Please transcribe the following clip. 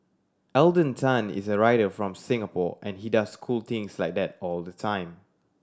Alden Tan is a writer from Singapore and he does cool things like that all the time